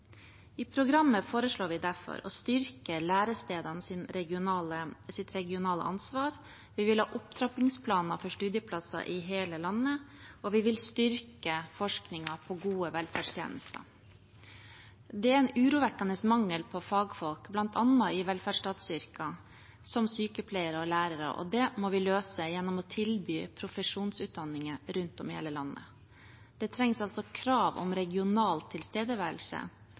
I programmet foreslår vi derfor å styrke lærestedenes regionale ansvar, vi vil ha opptrappingsplaner for studieplasser i hele landet, og vi vil styrke forskningen på gode velferdstjenester. Det er en urovekkende mangel på fagfolk, bl.a. i velferdsstatsyrker, som sykepleiere og lærere, og det må vi løse gjennom å tilby profesjonsutdanninger rundt om i hele landet. Det trengs altså krav om regional tilstedeværelse